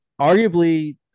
Arguably